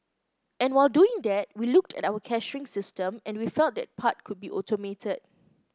and while doing that we looked at our cashiering system and we felt that part could be automated